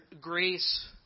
grace